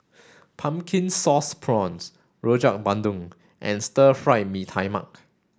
pumpkin sauce prawns Rojak Bandung and Stir Fried Mee Tai Mak